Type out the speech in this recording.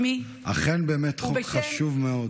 אכן, באמת חוק חשוב מאוד.